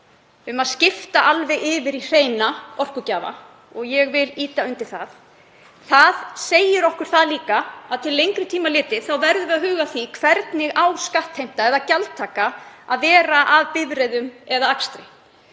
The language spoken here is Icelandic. um að skipta alveg yfir í hreina orkugjafa og ég vil ýta undir það. Það segir okkur líka að til lengri tíma litið þá verðum við að huga að því hvernig skattheimta eða gjaldtaka á að vera af bifreiðum eða akstri.